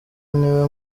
niwe